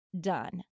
done